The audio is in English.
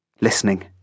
listening